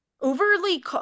Overly